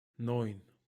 neun